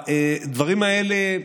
הדברים האלה,